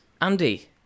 Andy